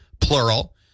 plural